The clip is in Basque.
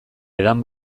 edan